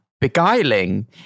beguiling